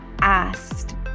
asked